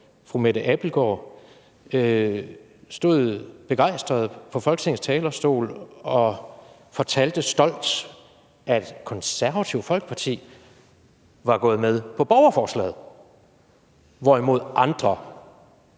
fru Mette Abildgaard begejstret på Folketingets talerstol og fortalte stolt, at Konservative Folkeparti var gået med på borgerforslaget, hvorimod andre